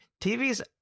tvs